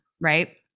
right